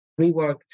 reworked